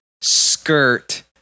skirt